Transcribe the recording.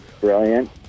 brilliant